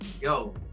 Yo